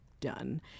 done